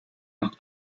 nos